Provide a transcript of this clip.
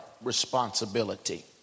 responsibility